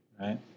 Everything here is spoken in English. right